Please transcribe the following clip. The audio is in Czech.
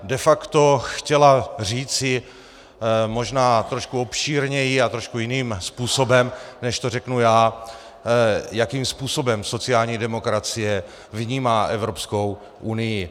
De facto chtěla říci možná trošku obšírněji a trošku jiným způsobem, než to řeknu já jakým způsobem sociální demokracie vnímá Evropskou unii.